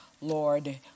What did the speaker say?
Lord